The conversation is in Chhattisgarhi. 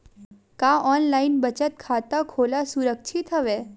का ऑनलाइन बचत खाता खोला सुरक्षित हवय?